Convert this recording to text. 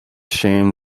shame